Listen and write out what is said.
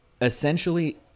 essentially